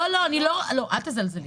אל תזלזלי.